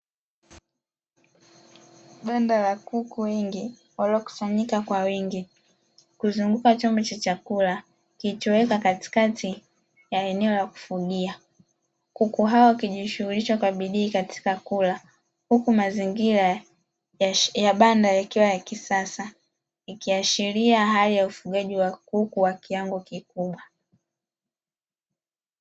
Banda la kuku wengi waliokusanyika kwa wingi kuzunguka chombo cha chakula kilichoweka katikati ya eneo la kufugia, kuku hao wakijishughulisha kwa bidii katika kula, huku mazingira ya banda ikiwa ya kisasa ikiashiria hali ya ufugaji wa kuku wa kiwango kikubwa.